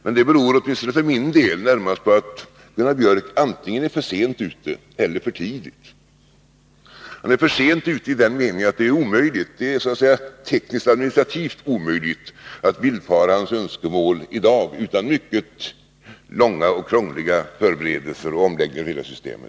Men det beror, åtminstone för min del, närmast på att Gunnar Biörck antingen är för sent ute eller för tidigt. Han är för sent ute i den meningen att det är tekniskt administrativt omöjligt att villfara hans önskemål i dag utan mycket långa och krångliga förberedelser och omläggningar av hela systemet.